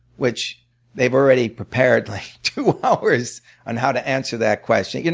which they've already prepared like two hours on how to answer that question. you know